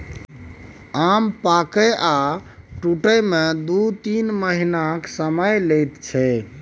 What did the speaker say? आम पाकय आ टुटय मे दु तीन महीनाक समय लैत छै